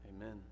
Amen